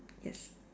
yes